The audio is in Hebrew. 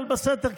אבל בסתר,